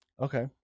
okay